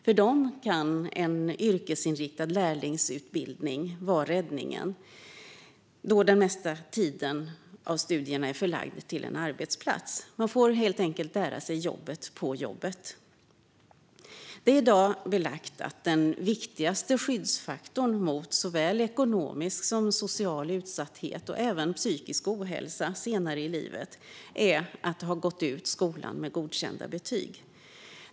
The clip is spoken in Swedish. För dem kan en yrkesinriktad lärlingsutbildning vara räddningen eftersom den mesta studietiden är förlagd till en arbetsplats. De får helt enkelt lära sig jobbet på jobbet. Det är i dag belagt att den viktigaste skyddsfaktorn mot att drabbas av såväl ekonomisk som social utsatthet och psykisk ohälsa senare i livet är att ha gått ut skolan med godkända betyg.